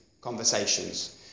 conversations